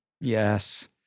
Yes